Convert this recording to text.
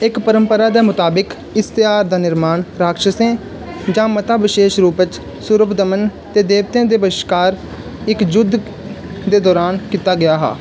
इक परम्परा दे मुताबिक इस धेयार दा नरमान राक्षसें जां मता बशेश रूपै च सूरपदमन ते देवतें दे बश्कार इक जुद्ध दे दरान कीता गेआ हा